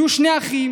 היו שני אחים